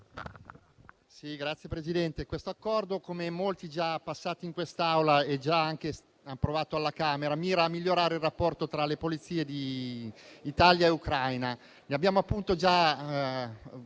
Signor Presidente, questo Accordo, come molti già ratificati in quest'Aula e anche già approvati alla Camera, mira a migliorare il rapporto tra le polizie di Italia e Ucraina.